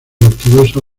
ortodoxa